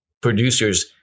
producers